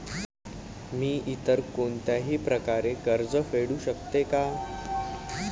मी इतर कोणत्याही प्रकारे कर्ज फेडू शकते का?